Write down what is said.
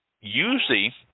Usually